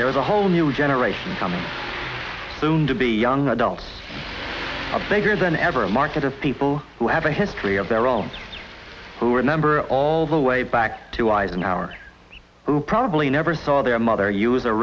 there is a whole new generation coming soon to be young adults a bigger than ever a market of people who have a history of their own who are number all the way back to eisenhower who probably never saw their mother use